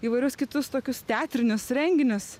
įvairius kitus tokius teatrinius renginius